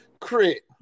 Crit